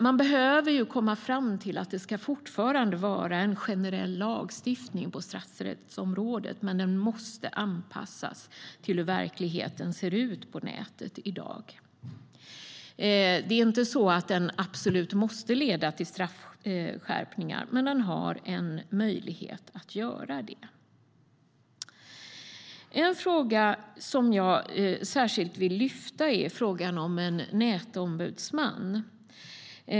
Man behöver komma fram till att det fortfarande ska vara en generell lagstiftning på det straffrättsliga området, men den måste anpassas till hur verkligheten ser ut på nätet i dag. Det är inte så att den absolut måste leda till straffskärpningar, men den har en möjlighet att göra det. En fråga som jag särskilt vill lyfta fram är frågan om en nätombudsman.